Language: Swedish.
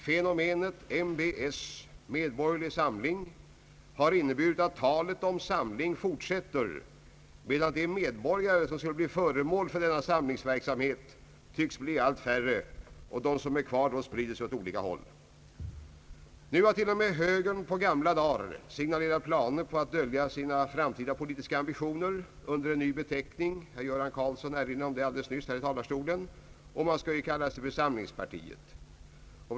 Fenomenet MDbS, medborgerlig samling, har inneburit att talet om samling fortsätter, medan de medborgare, som skulle bli föremål för denna samlingsverksamhet, tycks bli allt färre och de som blir kvar sprider sig åt olika håll. Nu har t.o.m. högern på äldre dar signalerat planer på att dölja sina framtida politiska ambitioner under en ny beteckning — herr Göran Karlsson erinrade nyss om det — och man skall kalla sig för samlingspartiet.